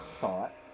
thought